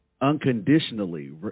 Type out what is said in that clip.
unconditionally